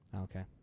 Okay